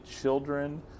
children